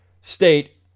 state